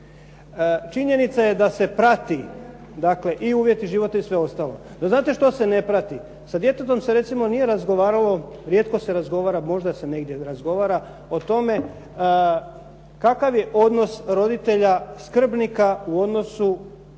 Činjenica je da se prati, dakle i uvjeti života i sve ostalo. No znate što se ne prati? Sa djetetom se recimo nije razgovaralo, rijetko se razgovara, možda se negdje razgovara o tome kakav je odnos roditelja skrbnika u odnosu